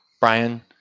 Brian